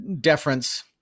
deference